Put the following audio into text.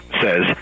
says